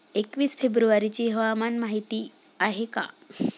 एकवीस फेब्रुवारीची हवामान माहिती आहे का?